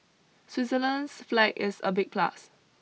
Switzerland's flag is a big plus